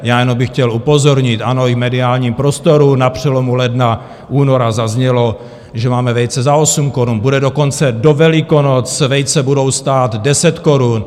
Já jenom bych chtěl upozornit, ano, i v mediálním prostoru na přelomu ledna února zaznělo, že máme vejce za 8 korun, dokonce do Velikonoc vejce budou stát 10 korun.